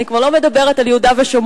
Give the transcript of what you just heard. אני כבר לא מדברת על יהודה ושומרון,